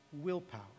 Willpower